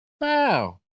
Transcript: Wow